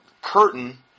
curtain